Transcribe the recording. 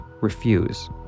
refuse